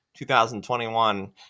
2021